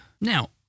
Now